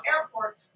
Airport